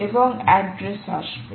এবং অ্যাড্রেস আসবে